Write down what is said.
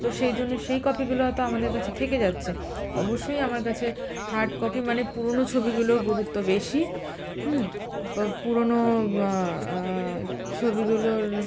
তো সেই জন্যে সেই কপিগুলো হয়তো আমাদের কাছে থেকে যাচ্ছে অবশ্যই আমার কাছে হার্ড কপি মানে পুরোনো ছবিগুলোর গুরুত্ব বেশি পুরোনো ছবিগুলোর